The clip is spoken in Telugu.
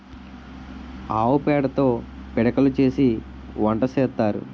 ఆవు పేడతో పిడకలు చేసి వంట సేత్తారు